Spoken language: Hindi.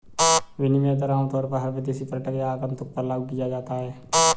विनिमय दर आमतौर पर हर विदेशी पर्यटक या आगन्तुक पर लागू किया जाता है